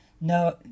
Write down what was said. no